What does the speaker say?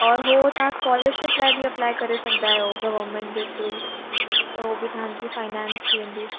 और हो तव्हां स्कोलरशिप लाइ बि अपलाइ करे सघंदा आहियो गवर्मेंट जे थ्रू त हो बि तव्हांजी फाइनेंस थी वेंदी